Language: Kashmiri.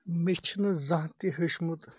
مےٚ چھُ نہٕ زانٛہہ تہِ ہیٚوچھمُت